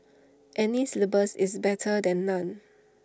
any syllabus is better than none